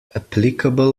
applicable